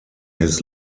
his